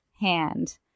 hand